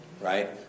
Right